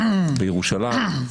בירושלים,